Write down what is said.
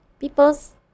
people's